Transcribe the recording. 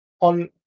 on